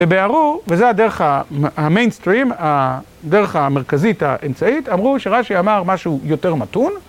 וביארו, וזה הדרך המיינסטרים, הדרך המרכזית האמצעית, אמרו שרש"י אמר משהו יותר מתון.